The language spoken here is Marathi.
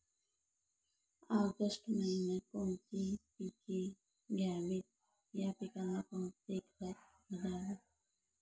ऑगस्ट महिन्यात कोणती पिके घ्यावीत? या पिकांना कोणते खत द्यावे?